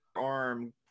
arm